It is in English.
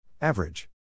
Average